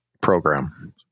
Program